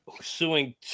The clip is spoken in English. suing